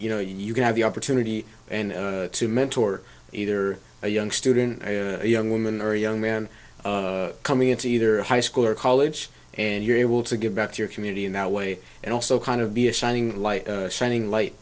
can have the opportunity and to mentor either a young student a young woman or a young man coming into either a high school or college and you're able to give back to your community in that way and also kind of be a shining light shining light